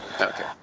Okay